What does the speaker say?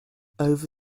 over